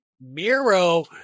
Miro